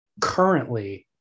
currently